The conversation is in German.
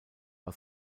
war